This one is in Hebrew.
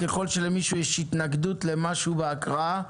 ככל שלמישהו יש התנגדות למשהו בהקראה,